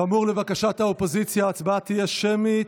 כאמור, לבקשת האופוזיציה, ההצבעה תהיה שמית.